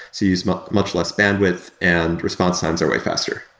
you use much much less bandwidth and response times are way faster